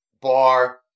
bar